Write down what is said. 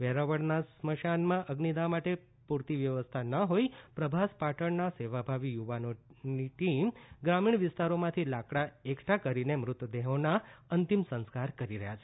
વેરાવળના સ્મશાનમાં અઝિદાહ માટે પૂરતી વ્યવસ્થા ન હો ઈ પ્રભાસ પાટણના સેવાભાવી યુવાનોની ટીમ ગ્રામીણ વિસ્તારોમાંથી લાકડાં એકઠાં કરી ને મૃતદેહોના અંતીમ સંસ્કાર કરી રહ્યા છે